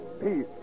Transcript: Peace